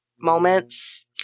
moments